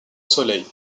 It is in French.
soleil